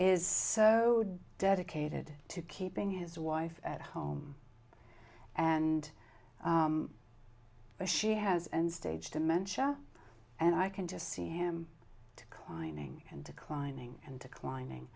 is so dedicated to keeping his wife at home and the she has and stage dementia and i can just see him climbing and declining and declining